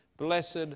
Blessed